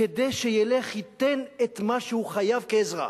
כדי שילך וייתן את מה שהוא חייב כאזרח.